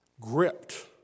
gripped